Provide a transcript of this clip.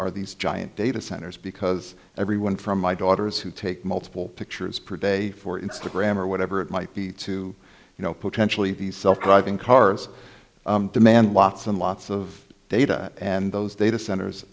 are these giant data centers because everyone from my daughters who take multiple pictures per day for instagram or whatever it might be to you know potentially these self driving cars demand lots and lots of data and those data